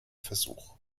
versuch